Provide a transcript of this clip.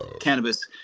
cannabis